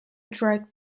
drug